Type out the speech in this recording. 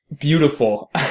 Beautiful